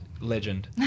Legend